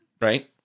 right